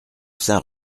saint